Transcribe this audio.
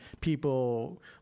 people